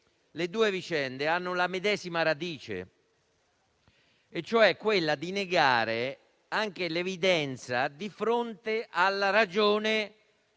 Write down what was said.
le due vicende hanno la medesima radice, cioè quella di negare anche l'evidenza di fronte alla ragione